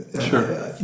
Sure